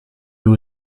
who